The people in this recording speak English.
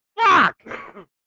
Fuck